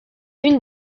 une